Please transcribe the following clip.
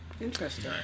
Interesting